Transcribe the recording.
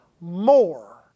more